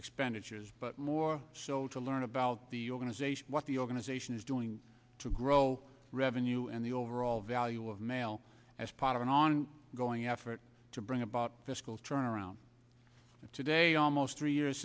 expenditures but more so to learn about the organization what the organization is doing to grow revenue and the overall value of mail as part of an on going effort to bring about fiscal turnaround today almost three years